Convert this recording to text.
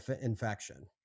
infection